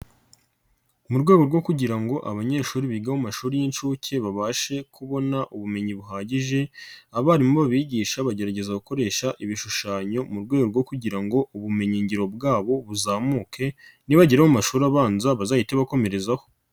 Mu rwego rwo kugira ngo abanyeshuri biga mu mashuri y'inshuke babashe kubona ubumenyi buhagije, abarimu babigisha bagerageza gukoresha ibishushanyo mu rwego rwo kugira ngo ubumenyingiro bwabo buzamuke, nibagera mu mashuri abanza bazahite bakomerezaho.